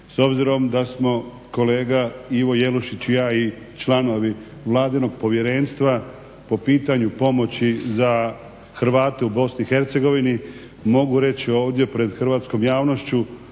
S obzirom da smo kolega Ivo Jelušić i ja članovi vladinog povjerenstva po pitanju pomoći za Hrvate u BiH mogu reći ovdje pred hrvatskom javnošću